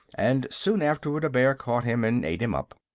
and soon afterward a bear caught him and ate him up.